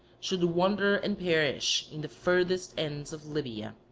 should wander and perish in the furthest ends of libya.